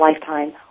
lifetime